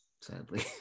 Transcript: Sadly